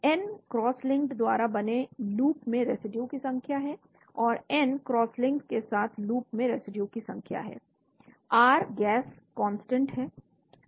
n cross linked द्वारा बने loop में रेसिड्यू की संख्या है और n क्रॉस लिंक्ड के साथ बने लूप में रेसिड्यू की संख्या है R गैस कांस्टेंट है